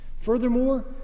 Furthermore